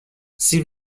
سیب